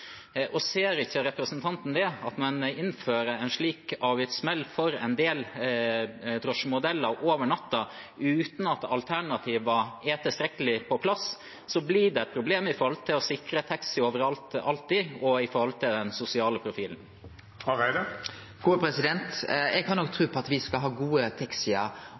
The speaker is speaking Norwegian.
funksjonshemmede. Ser ikke representanten at når en innfører en slik avgiftssmell for en del drosjemodeller over natten, uten at alternativer er tilstrekkelig på plass, blir det et problem med tanke på å sikre taxi overalt, alltid og med tanke på den sosiale profilen? Eg har nok tru på at me skal ha gode